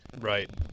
Right